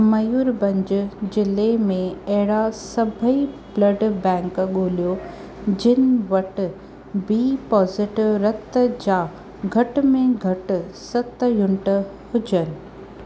मयूरभंज ज़िलें में अहिड़ा सभेई ब्लड बैंक ॻोल्हियो जिनि वटि बी पॉज़िटिव रतु जा घटि में घटि सत युनिट हुजनि